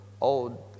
old